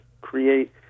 create